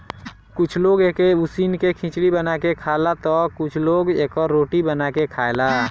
कुछ लोग एके उसिन के खिचड़ी बना के खाला तअ कुछ लोग एकर रोटी बना के खाएला